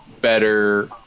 better